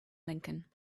lincoln